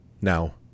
Now